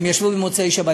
הם ישבו במוצאי-שבת,